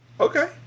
Okay